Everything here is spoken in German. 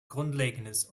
grundlegendes